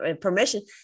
permission